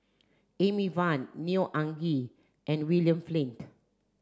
Amy Van Neo Anngee and William Flint